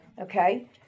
Okay